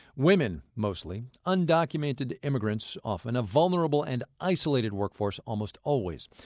women, mostly. undocumented immigrants, often. a vulnerable and isolated workforce, almost always.